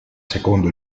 secondo